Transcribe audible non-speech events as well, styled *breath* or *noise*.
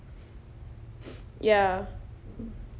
*breath* ya